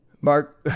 Mark